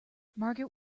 margaret